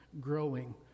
growing